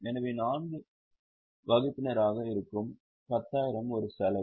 எனவே 4 வகுப்பினராக இருக்கும் 10000 ஒரு செலவு